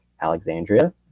Alexandria